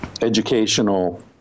educational